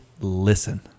listen